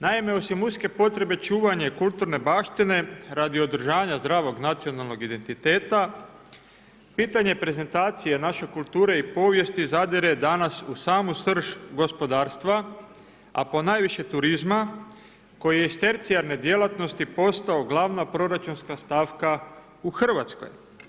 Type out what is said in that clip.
Naime, osim uske potrebe čuvanja kulturne baštine radi održavanja zdravog nacionalnog identiteta, pitanje prezentacije naše kulture i povijesti zadire danas u samu srž gospodarstva, a ponajviše turizma koji je iz tercijarne djelatnosti postao glavna proračunska stavka u Hrvatskoj.